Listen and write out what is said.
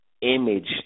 image